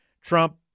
Trump